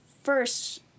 first